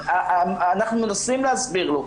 אנחנו מנסים להסביר לו,